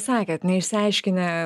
sakėt neišsiaiškinę